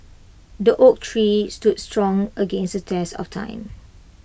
the oak tree stood strong against the test of time